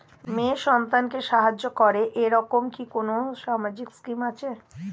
মেয়ে সন্তানকে সাহায্য করে এরকম কি কোনো সামাজিক স্কিম আছে?